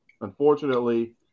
unfortunately